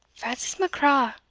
francis macraw,